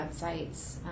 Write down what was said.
websites